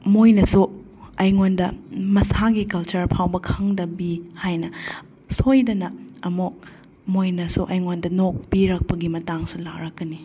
ꯃꯣꯏꯅꯁꯨ ꯑꯩꯉꯣꯟꯗ ꯃꯁꯥꯒꯤ ꯀꯜꯆꯔ ꯐꯥꯎꯕ ꯈꯪꯗꯕꯤ ꯍꯥꯏꯅ ꯁꯣꯏꯗꯅ ꯑꯃꯨꯛ ꯃꯣꯏꯅꯁꯨ ꯑꯩꯉꯣꯟꯗ ꯅꯣꯛꯄꯤꯔꯛꯄꯒꯤ ꯃꯇꯥꯡꯁꯨ ꯂꯥꯛꯀꯅꯤ